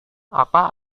apa